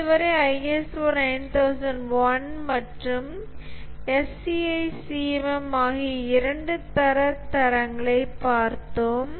இதுவரை ISO 9001 மற்றும் SEI CMM ஆகிய இரண்டு தரத் தரங்களைப் பார்த்தோம்